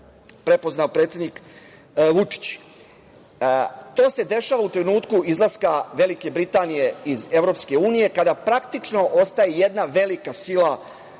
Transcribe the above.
prepoznao predsednik Vučić? To se dešava u trenutku izlaska Velike Britanije iz EU kada praktično ostaje jedna velika sila,